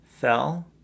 Fell